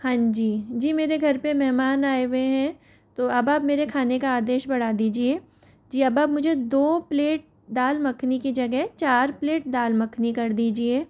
हान जी जी मेरे घर पर मेहमान आए हुए हैं तो अब आप मेरे खाने का आदेश बढ़ा दीजिए जी अब आप मुझे दो प्लेट दाल मखनी की जगह चार प्लेट दाल मखनी कर दीजिए